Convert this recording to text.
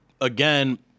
again